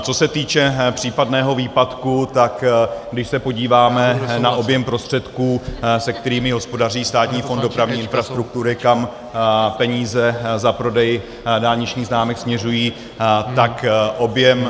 Co se týče případného výpadku, tak když se podíváme na objem prostředků, se kterým hospodaří Státní fond dopravní infrastruktury, kam peníze za prodej dálničních známek směřují, tak objem...